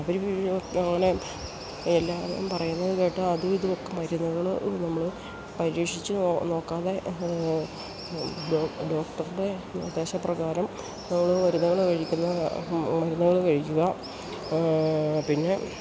അവർ അങ്ങനെ എല്ലാവരും പറയുന്നത് കേട്ട് അതും ഇതും ഒക്കെ മരുന്നുകൾ നമ്മൾ പരീക്ഷിച്ച് നോക്കാതെ ഡോക്ടർ ഡോക്ടർടെ നിർദ്ദേശപ്രകാരം നമ്മൾ മരുന്നുകൾ കഴിക്കുന്ന മരുന്നുകൾ കഴിക്കുക പിന്നെ